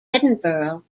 edinburgh